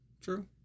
True